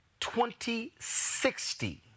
2060